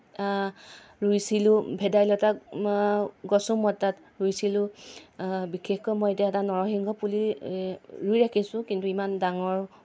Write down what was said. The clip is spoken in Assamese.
ৰুইছিলোঁ ভেদাইলতা গছো মই তাত ৰুইছিলোঁ বিশেষকৈ মই এতিয়া এটা নৰসিংহ পুলি ৰুই ৰাখিছোঁ কিন্তু ইমান ডাঙৰ